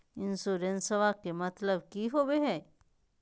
इंसोरेंसेबा के मतलब की होवे है?